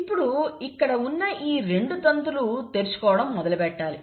ఇప్పుడు ఇక్కడ ఉన్న ఈ రెండు తంతులు తెరుచుకోవడం మొదలు పెట్టాలి